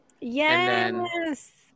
Yes